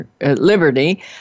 Liberty